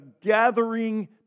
gathering